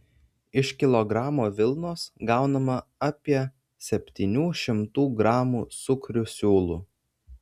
iš kilogramo vilnos gaunama apie septynių šimtų gramų sukrių siūlų